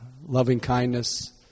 loving-kindness